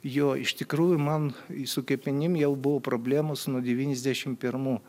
jo iš tikrųjų man su kepenim jau buvo problemos nuo devyniasdešimt pirmų